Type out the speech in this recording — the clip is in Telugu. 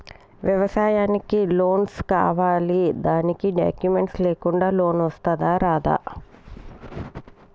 వ్యవసాయానికి లోన్స్ కావాలి దానికి డాక్యుమెంట్స్ లేకుండా లోన్ వస్తుందా రాదా?